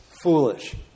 foolish